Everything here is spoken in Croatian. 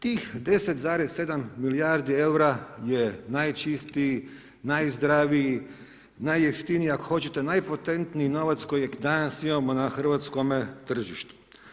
Tih 10,7 milijardi eura je najčistiji, najzdraviji, najjeftinije ako hoćete, najpotentniji novac kojeg je danas imamo na hrvatskome tržištu.